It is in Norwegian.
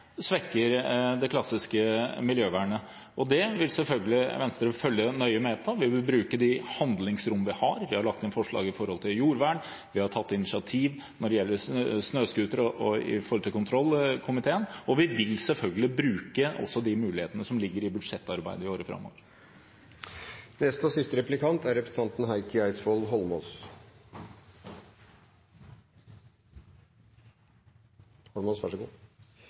svekker det klassiske miljøvernet. Det vil selvfølgelig Venstre følge nøye med på. Vi vil bruke de handlingsrom vi har – vi har lagt inn forslag når det gjelder jordvern, vi har tatt initiativ overfor kontrollkomiteen når det gjelder snøscooter, og vi vil selvfølgelig bruke også de mulighetene som ligger i budsjettarbeidet i årene framover.